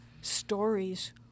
stories